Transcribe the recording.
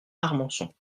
armançon